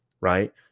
right